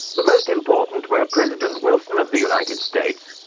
the most important were president wilson of the united states,